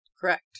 Correct